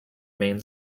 main